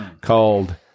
called